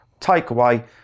takeaway